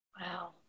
Wow